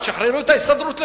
תשחררו את ההסתדרות.